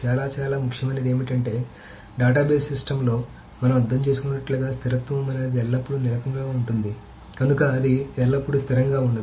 చాలా చాలా ముఖ్యమైనది ఏమిటంటే డేటాబేస్ సిస్టమ్లో మనం అర్థం చేసుకున్నట్లుగా స్థిరత్వం అనేది ఎల్లప్పుడూ నిలకడగా ఉంటుంది కనుక ఇది ఎల్లప్పుడూ స్థిరంగా ఉండదు